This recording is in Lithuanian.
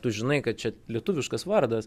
tu žinai kad čia lietuviškas vardas